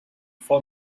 for